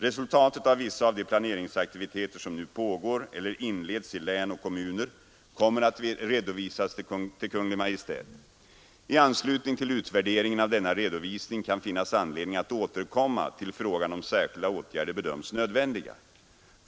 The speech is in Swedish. Resultatet av vissa av de planeringsaktiviteter som nu pågår eller inleds i län och kommuner kommer att redovisas till Kungl. Maj:t. I anslutning till utvärderingen av denna redovisning kan finnas anledning att återkomma till frågan om särskilda åtgärder bedöms nödvändiga.